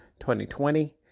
2020